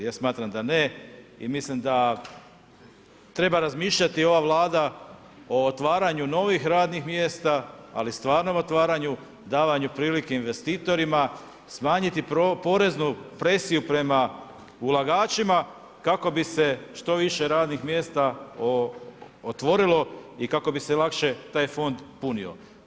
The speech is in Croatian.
Ja smatram da ne i mislim da treba razmišljati ova Vlada o otvaranju novih radnim mjesta ali stvarnom otvaranju, davanju prilike investitorima, smanjiti poreznu presiju prema ulagačima kako bi se što više radnih mjesta otvorilo i kako bi se lakše taj fond punio.